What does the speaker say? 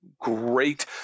great